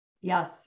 Yes